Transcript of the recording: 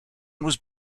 was